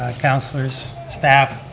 councilors, staff,